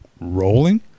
rolling